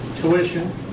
tuition